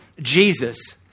Jesus